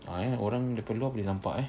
a'ah eh orang daripada luar boleh nampak eh